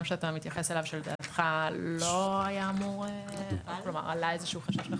שאתה מדבר עליו ושלדעתך עלה איזשהו חשש תחרותי?